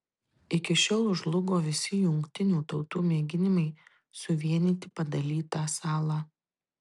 iki šiol žlugo visi jungtinių tautų mėginimai suvienyti padalytą salą